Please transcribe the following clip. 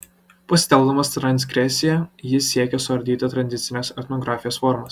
pasitelkdamas transgresiją jis siekia suardyti tradicinės etnografijos formas